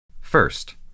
First